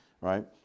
right